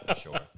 sure